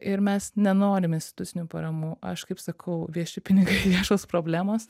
ir mes nenorim institucinių paramų aš kaip sakau vieši pinigai viešos problemos